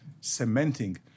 cementing